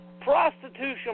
prostitution